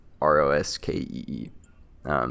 R-O-S-K-E-E